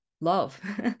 love